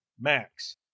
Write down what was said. Max